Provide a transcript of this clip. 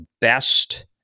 best